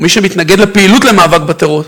ומי שמתנגד לפעילות למאבק בטרור,